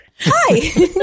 Hi